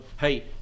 Hey